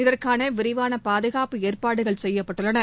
இதற்கான விரிவான பாதுகாப்பு ஏற்பாடுகள் செய்யப்பட்டுள்ளது